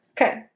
Okay